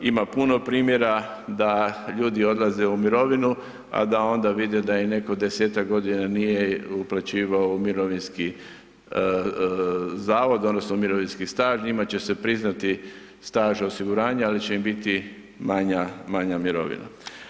Ima puno primjera da ljudi odlaze u mirovinu a da onda vide da im neko 10-ak godina nije uplaćivao u mirovinski zavod odnosno u mirovinski staž, njima će se priznati staž osiguranja ali će nam biti manja mirovina.